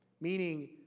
meaning